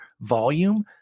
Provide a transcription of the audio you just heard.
volume